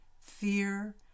fear